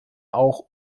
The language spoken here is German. auch